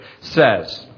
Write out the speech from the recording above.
says